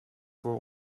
voor